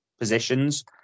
positions